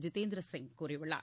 ஜிதேந்திர சிங் கூறியுள்ளார்